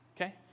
Okay